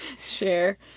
share